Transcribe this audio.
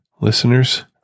listeners